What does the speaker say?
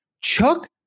Chuck